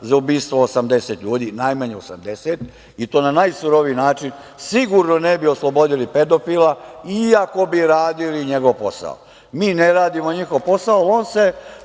za ubistvo najmanje 80 ljudi i to na najsuroviji način. Sigurno ne bi oslobodili pedofila iako bi radili njegov posao. Mi ne radimo njegov posao. On se